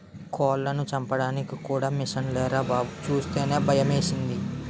కోళ్లను చంపడానికి కూడా మిసన్లేరా బాబూ సూస్తేనే భయమేసింది